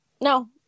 no